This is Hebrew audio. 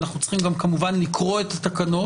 אנחנו צריכים גם כמובן לקרוא את התקנות,